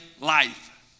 life